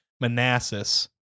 Manassas